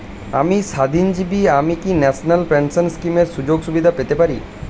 আমি স্বাধীনজীবী আমি কি ন্যাশনাল পেনশন স্কিমের সুযোগ সুবিধা পেতে পারি?